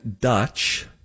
Dutch